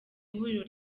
ihuriro